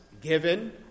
given